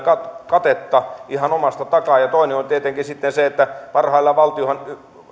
katetta ihan omasta takaa ja toinen on tietenkin se että parhaillaan